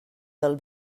del